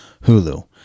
Hulu